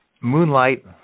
moonlight